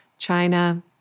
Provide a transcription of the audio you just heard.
China